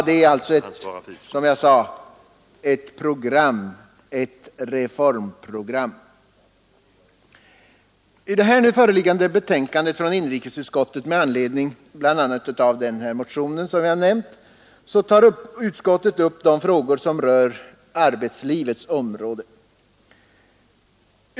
Det är alltså som jag sade ett reformprogram. I det nu föreliggande betänkandet från inrikesutskottet med anledning av bl.a. vår motion tar utskottet upp de frågor som rör arbetslivets område.